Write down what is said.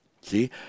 See